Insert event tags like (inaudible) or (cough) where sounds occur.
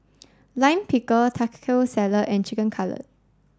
Lime Pickle (unintelligible) Salad and Chicken Cutlet